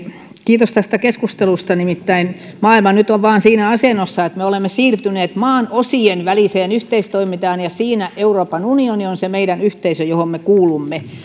kiitos tästä keskustelusta nimittäin maailma nyt vain on siinä asennossa että me olemme siirtyneet maanosien väliseen yhteistoimintaan ja siinä euroopan unioni on se meidän yhteisö johon me kuulumme